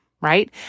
Right